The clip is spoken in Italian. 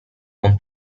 con